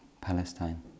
Palestine